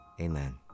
Amen